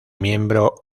miembro